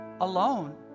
alone